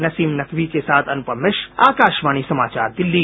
नसीम नकवी के साथ अनुपम मिश्र आकाशवाणी समाचार दिल्ली